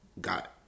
got